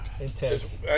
intense